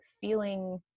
feeling